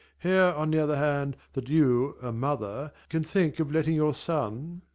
here, on the other hand that you, a mother, can think of letting your son